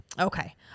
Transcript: Okay